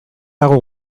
dago